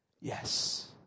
Yes